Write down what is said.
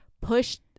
pushed